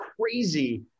crazy